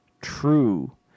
true